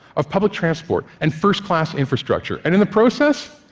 of public transport, and first-class infrastructure, and in the process,